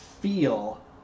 feel